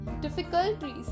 difficulties